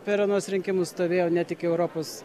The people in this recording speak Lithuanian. per anuos rinkimus stovėjau ne tik europos